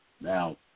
Now